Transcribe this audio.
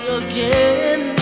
again